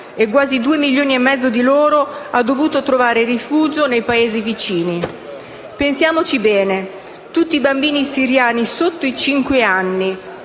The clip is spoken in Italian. e quasi 2 milioni e mezzo di loro hanno dovuto trovare rifugio nei Paesi vicini. Pensiamoci bene: tutti i bambini siriani sotto i cinque anni,